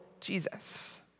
Jesus